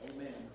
Amen